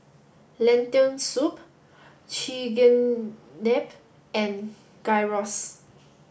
Lentil Soup Chigenabe and Gyros